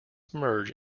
merge